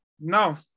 No